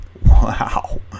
Wow